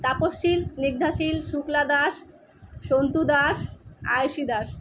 Tapas Shil Snigdha Shil Shukla Das Santu Das Ayushi Das